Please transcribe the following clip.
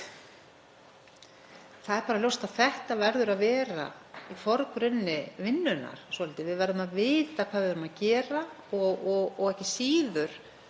Það er ljóst að þetta verður að vera í forgrunni vinnunnar. Við verðum að vita hvað við erum að gera og ekki síður